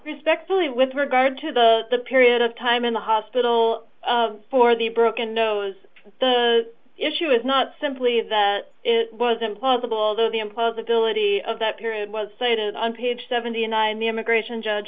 respectfully with regard to the period of time in the hospital for the broken nose the issue is not simply that it was implausible though the implausibility of that period was cited on page seventy nine the immigration judge